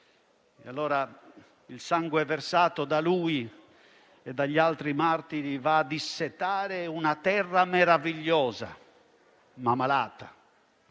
E allora il sangue versato da lui e dagli altri martiri va a dissetare una terra meravigliosa, ma malata,